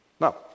Now